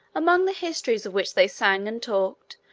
among the histories of which they sang and talked,